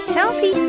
Healthy